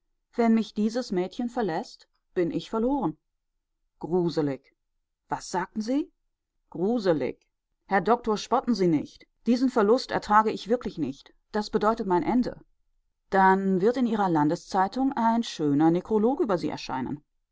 wenn mich dieses mädchen verläßt bin ich verloren gruselig was sagten sie gruselig herr doktor spotten sie nicht diesen verlust ertrage ich wirklich nicht er bedeutet mein ende dann wird in ihrer landeszeitung ein schöner nekrolog über sie erscheinen